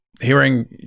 hearing